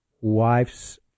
wife's